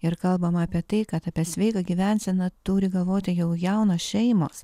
ir kalbama apie tai kad apie sveiką gyvenseną turi galvoti jau jaunos šeimos